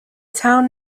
town